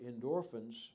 endorphins